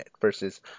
versus